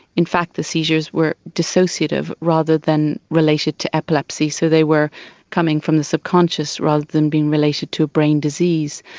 in fact the seizures were dissociative rather than related to epilepsy. so they were coming from the subconscious rather than being related to a brain disease.